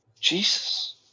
Jesus